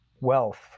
wealth